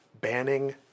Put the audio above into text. banning